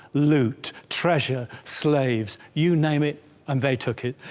loot, treasure, slaves, you name it and they took it,